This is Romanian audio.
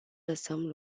lăsăm